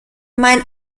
mein